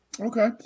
okay